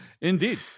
Indeed